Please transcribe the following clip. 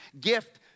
gift